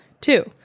Two